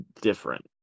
different